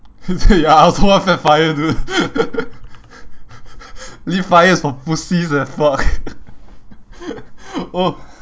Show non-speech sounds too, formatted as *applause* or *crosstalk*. ya I also want fat FIRE dude *laughs* lean FIRE is for pussies ah fuck *laughs* oh